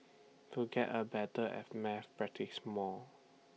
to get A better at math practice more